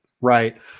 right